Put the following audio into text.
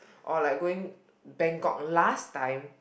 orh like going Bangkok last time